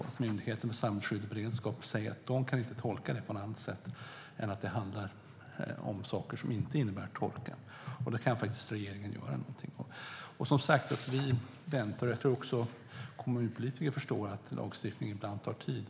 Myndigheten för samhällsskydd och beredskap säger att de inte kan tolka det på något annat sätt än att det inte kan handla om torka. Där kan faktiskt regeringen göra någonting. Som sagt, vi väntar, och jag tror också att kommunpolitiker förstår att lagstiftning ibland tar tid.